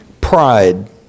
pride